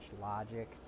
Logic